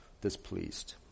displeased